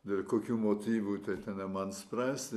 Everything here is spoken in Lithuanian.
kokių motyvų tai ten ne man spręsti